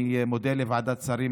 אני מודה לוועדת השרים